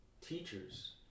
teachers